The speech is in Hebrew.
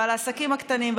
ועל העסקים הקטנים,